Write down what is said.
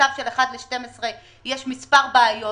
במצב של 1 חלקי 12 יש מספר בעיות,